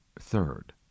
Third